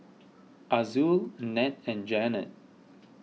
Azul Ned and Janet